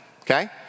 okay